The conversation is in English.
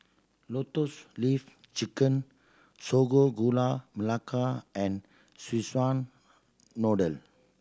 Lotus Leaf Chicken Sago Gula Melaka and Szechuan Noodle